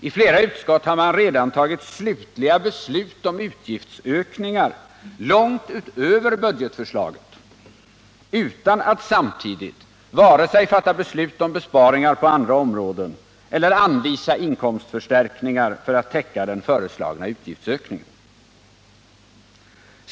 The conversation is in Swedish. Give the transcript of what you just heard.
I flera utskott har man redan tagit slutliga beslut om utgiftsökningar långt utöver budgetförslaget utan att samtidigt vare sig fatta beslut om besparingar på andra områden eller anvisa inkomstförstärkningar för att täcka den föreslagna utgiftsökningen.